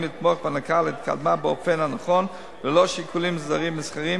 לתמוך בהנקה ולקדמה באופן הנכון וללא שיקולים זרים מסחריים,